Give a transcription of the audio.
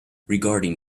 regarding